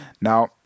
Now